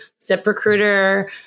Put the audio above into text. ZipRecruiter